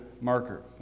marker